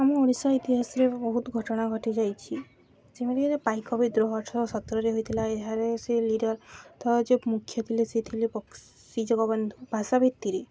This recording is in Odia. ଆମ ଓଡ଼ିଶା ଇତିହାସରେ ବହୁତ ଘଟଣା ଘଟିଯାଇଛି ଯେମିତିକି ପାଇକ ବିଦ୍ରୋହ ଅଠରଶହ ସତୁରୀରେ ହୋଇଥିଲା ଏହାରେ ସେ ଲିଡ଼ର ଯିଏ ମୁଖ୍ୟ ଥିଲେ ସେ ଥିଲେ ବକ୍ସି ଜଗବନ୍ଧୁ ଭାଷାଭିତ୍ତିରେ